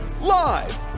Live